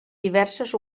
diverses